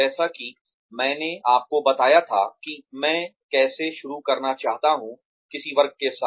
जैसा कि मैंने आपको बताया था कि मैं कैसे शुरू करना चाहता हूँ किस वर्ग के साथ